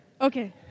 Okay